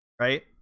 right